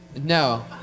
No